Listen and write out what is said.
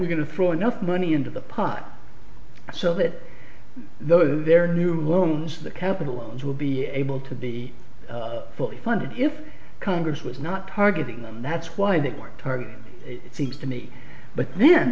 we're going to throw enough money into the pot so that those there new loans that capital loans will be able to be fully funded if congress was not targeting them that's why they weren't targeted it seems to me but then